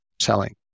selling